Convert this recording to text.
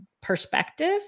perspective